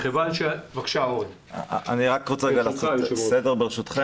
אני רוצה לעשות סדר, ברשותכם.